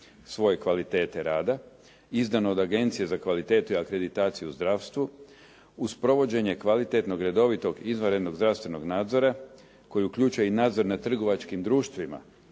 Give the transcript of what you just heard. svoje kvalitete rada izdano od Agencije za kvalitetu i akreditaciju u zdravstvu uz provođenje kvalitetnog, redovito, izvanrednog zdravstvenog nadzora koji uključuje i nadzor nad trgovačkim društvima